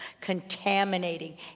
contaminating